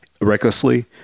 recklessly